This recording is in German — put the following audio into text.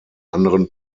anderen